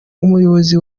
umuyobozi